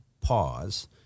pause